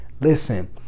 listen